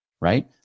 right